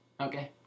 Okay